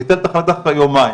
ביטל את ההחלטה אחרי יומיים,